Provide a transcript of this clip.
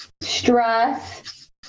stress